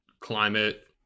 climate